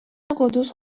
قدوس